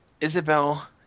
Isabel